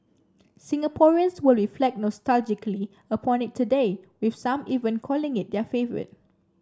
Singaporeans will reflect nostalgically upon it today with some even calling it their favourite